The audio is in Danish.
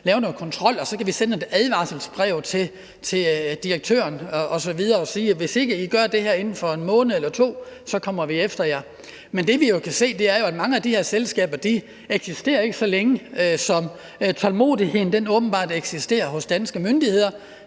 lave noget kontrol, og så kan vi sende et advarselsbrev til direktøren og sige: Hvis ikke I gør det her inden for en måned eller to, kommer vi efter jer. Men det, vi jo kan se, er, at mange af de her selskaber ikke eksisterer så længe, som tålmodigheden åbenbart eksisterer hos danske myndigheder.